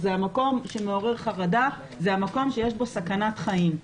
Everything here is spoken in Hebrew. זה המקום שמעורר חרדה, זה המקום שיש בו סכנת חיים.